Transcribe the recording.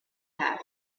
had